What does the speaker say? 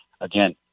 Again